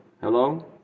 hello